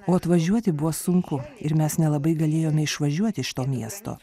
o atvažiuoti buvo sunku ir mes nelabai galėjome išvažiuoti iš to miesto